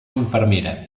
infermera